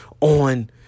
on